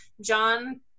John